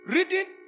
Reading